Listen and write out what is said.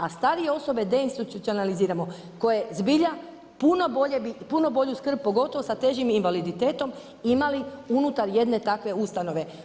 A starije osobe deinstitucionaliziramo koje zbilja puno bolju skrb pogotovo sa težim invaliditetom imali unutar jedne takve ustanove.